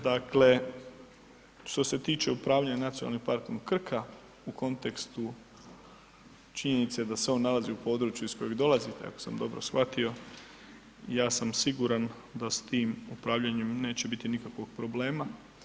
Dakle, što se tiče upravljanja Nacionalnim parkom Krka u kontekstu činjenice da se on nalazi u području iz kojeg dolazite, ako sam dobro shvatio, ja sam siguran da s tim upravljanjem neće biti nikakvog problema.